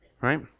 Right